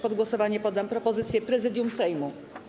Pod głosowanie poddam propozycję Prezydium Sejmu.